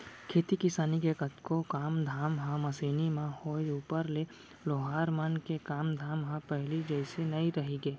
खेती किसानी के कतको काम धाम ह मसीनी म होय ऊपर ले लोहार मन के काम धाम ह पहिली जइसे नइ रहिगे